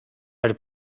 per